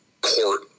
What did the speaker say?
court